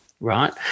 right